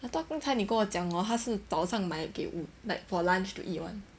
I thought 刚才你跟我讲 hor 他是早上买给 for lunch to eat [one]